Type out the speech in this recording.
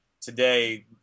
today